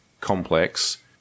complex